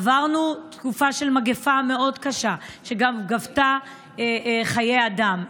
עברנו תקופה של מגפה מאוד קשה, שגם גבתה חיי אדם.